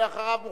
ואחריו,